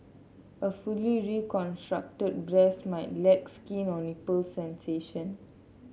a fully reconstructed breast might lack skin or nipple sensation